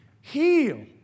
heal